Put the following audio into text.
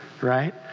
right